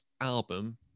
album